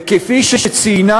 כפי שציינה,